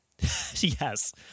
Yes